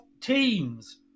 teams